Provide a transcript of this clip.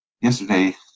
yesterday